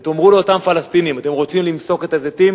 ותאמרו לאותם פלסטינים: אתם רוצים למסוק את הזיתים?